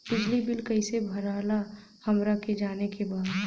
बिजली बिल कईसे भराला हमरा के जाने के बा?